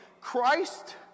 Christ